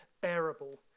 bearable